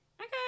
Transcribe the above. Okay